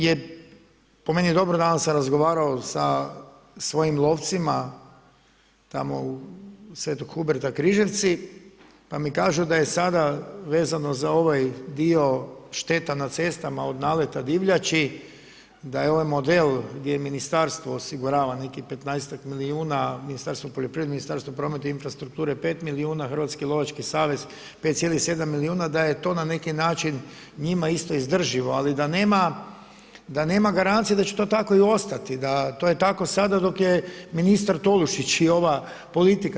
Ono što je po meni dobro, danas sam razgovarao sa svojim lovcima tamo u Svetog Huberta Križevci pa mi kažu da je sada vezano za ovaj dio šteta na cestama od naleta divljači da je ovaj model gdje ministarstvo osigurava nekih 15ak milijuna Ministarstvo poljoprivrede, Ministarstvo prometa infrastrukture 5 milijuna, Hrvatski lovački savez 5,7 milijuna da je to na neki način njima isto izdrživo ali da nema garancije da će to tako i ostati, da to je tako sada dok je ministar Tolušić i ova politika.